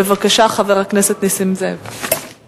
בבקשה, חבר הכנסת נסים זאב.